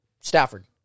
Stafford